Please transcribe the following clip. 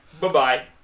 Bye-bye